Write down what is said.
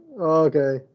okay